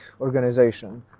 organization